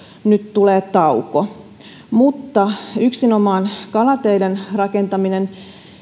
nyt tulee tauko mutta yksinomaan kalateiden rakentaminen